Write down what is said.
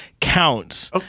counts